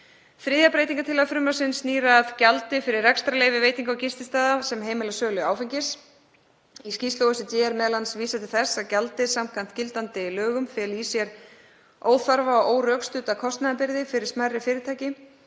Þriðja breytingartillaga frumvarpsins snýr að gjaldi fyrir rekstrarleyfi veitinga- og gististaða sem heimila sölu áfengis. Í skýrslu OECD er m.a. vísað til þess að gjaldið samkvæmt gildandi lögum feli í sér óþarfa og órökstudda kostnaðarbyrði fyrir smærri fyrirtæki.